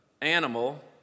animal